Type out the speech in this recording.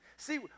See